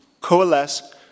coalesce